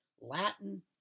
Latin